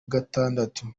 gatandatu